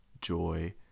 joy